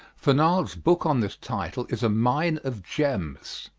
fernald's book on this title is a mine of gems.